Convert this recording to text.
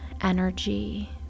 energy